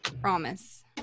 promise